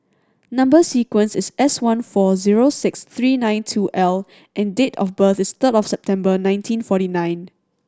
number sequence is S one four zero six three nine two L and date of birth is third of September nineteen forty nine